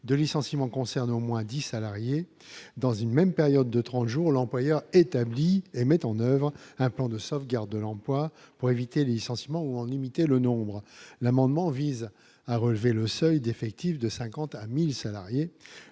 de licenciement concerne au moins 10 salariés dans une même période de 30 jours l'employeur établi et met en oeuvre un plan de sauvegarde de l'emploi pour éviter les licenciements ou en limiter le nombre, l'amendement vise à relever le seuil d'effectifs de 51000 salariés